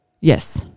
Yes